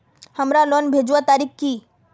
हमार लोन भेजुआ तारीख की?